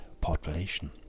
population